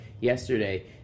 yesterday